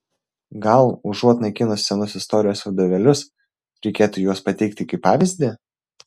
gal užuot naikinus senus istorijos vadovėlius reikėtų juos pateikti kaip pavyzdį